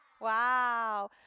Wow